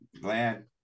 Glad